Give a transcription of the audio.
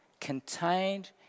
contained